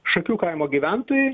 šokių kaimo gyventojai